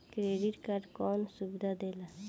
Credit card कौन सुबिधा देला?